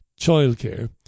childcare